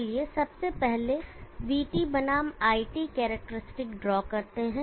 चलिए सबसे पहले vT बनाम iT कैरेक्टरिस्टिकड्रा करते हैं